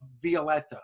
Violetta